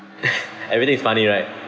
everything is funny right